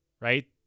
Right